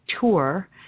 tour